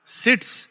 sits